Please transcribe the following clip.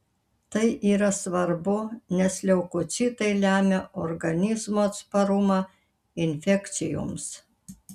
tai yra svarbu nes leukocitai lemia organizmo atsparumą infekcijoms